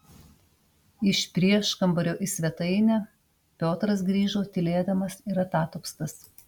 iš prieškambario į svetainę piotras grįžo tylėdamas ir atatupstas